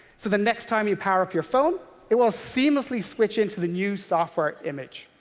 so the next time you power up your phone, it will seamlessly switch into the new software image.